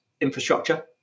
infrastructure